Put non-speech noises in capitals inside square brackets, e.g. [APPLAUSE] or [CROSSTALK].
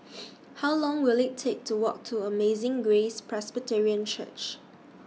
[NOISE] How Long Will IT Take to Walk to Amazing Grace Presbyterian Church